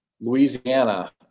Louisiana